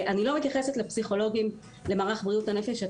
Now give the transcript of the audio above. אני לא מתייחסת למערך בריאות הנפש,